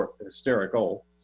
hysterical